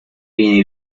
viene